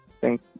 thank